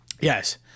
Yes